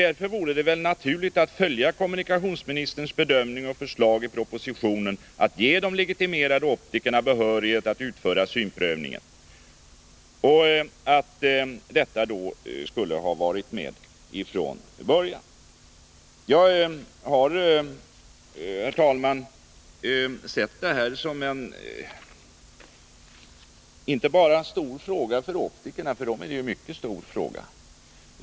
Därför vore det naturligt att följa kommunikationsministerns förslag i propositionen att ge de legitimerade optikerna behörighet att utföra synprövningen. Och det skulle ha gjorts från början. Jag har, herr talman, sett detta inte bara som en stor fråga för optikerna — för dem är det ju en mycket stor fråga.